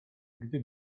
gdy